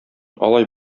алай